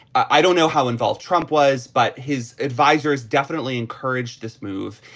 i don't know how involved trump was but his advisers definitely encouraged this move.